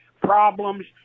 problems